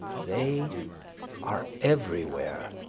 they are everywhere,